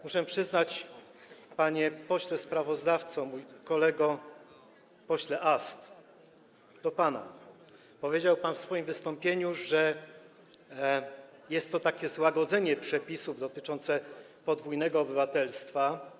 Muszę przyznać, panie pośle wnioskodawco, mój kolego, pośle Ast - mówię do pana - bo powiedział pan w swoim wystąpieniu, że jest to takie złagodzenie przepisów dotyczących podwójnego obywatelstwa.